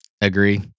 Agree